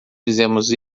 fizemos